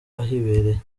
ahibereye